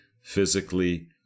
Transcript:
physically